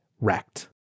wrecked